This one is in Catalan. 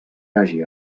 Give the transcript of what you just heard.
hagi